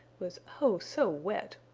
was oh so wet!